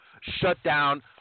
shutdown